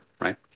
right